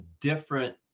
different